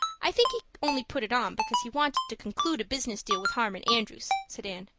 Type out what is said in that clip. i think he only put it on because he wanted to conclude a business deal with harmon andrews, said anne.